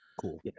Cool